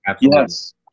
Yes